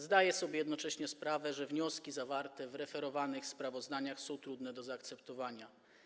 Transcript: Zdaję sobie jednocześnie sprawę, że wnioski zawarte w referowanych sprawozdaniach są trudne do zaakceptowania.